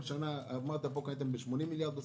אמרת שקניתם פה בסך הכול ב-80 מיליארד,